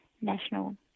National